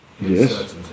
Yes